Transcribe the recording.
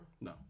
No